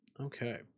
Okay